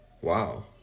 wow